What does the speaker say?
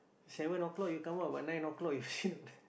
seven o-clock you come out but nine o-clock you sit down there